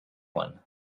one